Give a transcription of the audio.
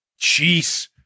Jeez